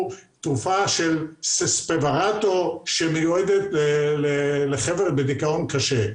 התרופה בשם Spravato שמיועדת לדיכאון קשה.